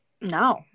no